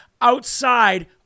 outside